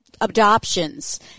adoptions